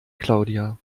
claudia